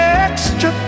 extra